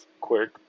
quick